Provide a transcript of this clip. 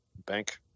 bank